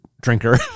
drinker